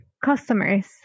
Customers